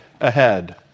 ahead